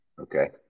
Okay